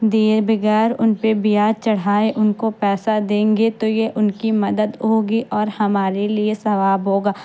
دیے بغیر ان پہ بیاج چڑھائے ان کو پیسہ دیں گے تو یہ ان کی مدد ہوگی اور ہمارے لیے ثواب ہوگا